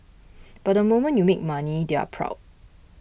but the moment you make money they're proud